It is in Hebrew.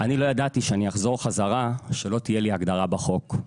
אני לא ידעתי שכשאני אחזור חזרה לא תהיה לי הגדרה בחוק.